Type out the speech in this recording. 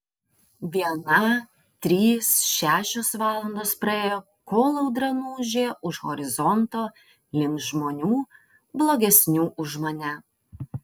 viena trys šešios valandos praėjo kol audra nuūžė už horizonto link žmonių blogesnių už mane